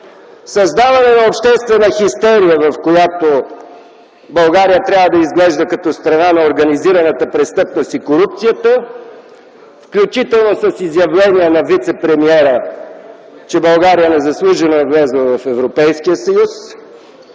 създаване на обществена хистерия, в която България трябва да изглежда като страна на организираната престъпност и корупцията, включително с изявления на вицепремиера, че България незаслужено е влязла в Европейския съюз,